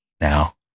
now